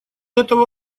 этого